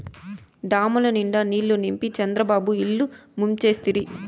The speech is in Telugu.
డాముల నిండా నీళ్ళు నింపి చంద్రబాబు ఇల్లు ముంచేస్తిరి